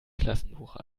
klassenbuch